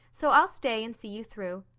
so i'll stay and see you through.